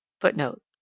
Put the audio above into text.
Footnote